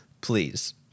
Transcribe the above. Please